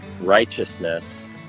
righteousness